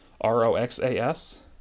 r-o-x-a-s